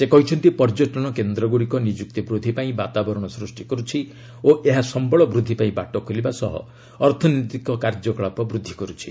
ସେ କହିଛନ୍ତି ପର୍ଯ୍ୟଟନ କେନ୍ଦ୍ରଗୁଡ଼ିକ ନିଯୁକ୍ତି ବୃଦ୍ଧି ପାଇଁ ବାତାବରଣ ସୃଷ୍ଟି କରୁଛି ଓ ଏହା ସମ୍ଭଳ ବୃଦ୍ଧି ପାଇଁ ବାଟ ଖୋଲିବା ସହ ଅର୍ଥନୈତିକ କାର୍ଯ୍ୟକଳାପ ବୃଦ୍ଧି କରୁଛି